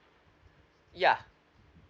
ya